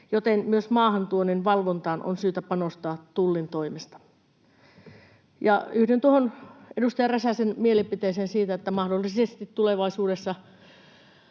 joten myös maahantuonnin valvontaan on syytä panostaa Tullin toimesta. Ja yhdyn tuohon edustaja Räsäsen mielipiteeseen siitä, että mahdollisesti tulevaisuudessa